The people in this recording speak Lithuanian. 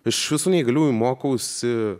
iš visų neįgaliųjų mokausi